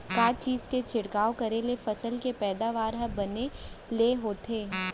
का चीज के छिड़काव करें ले फसल के पैदावार ह बने ले होथे?